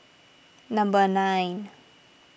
number nine